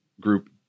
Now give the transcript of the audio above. group